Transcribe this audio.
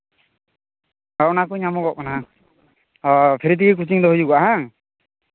ᱟᱨ ᱚᱱᱟᱠᱚ ᱧᱟᱢᱚᱜᱚᱜ ᱠᱟᱱᱟ ᱚ ᱯᱷᱨᱤ ᱛᱮᱜᱮ ᱠᱳᱪᱤᱝ ᱫᱚ ᱦᱩᱭᱩᱜᱼᱟ ᱵᱟᱝ